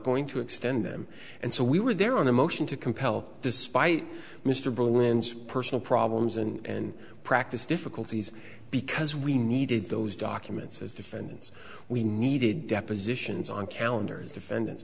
going to extend them and so we were there on a motion to compel despite mr bruins personal problems and practice difficulties because we needed those documents as defendants we needed depositions on calendars defendant